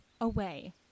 away